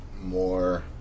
more